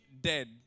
dead